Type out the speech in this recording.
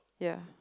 yeah